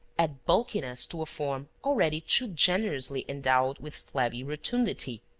add bulkiness to a form already too generously endowed with flabby rotundity.